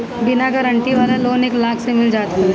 बिना गारंटी वाला लोन एक लाख ले मिल जात हवे